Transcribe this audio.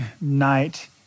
night